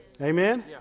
Amen